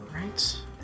right